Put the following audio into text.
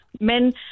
Men